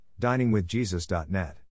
DiningWithJesus.net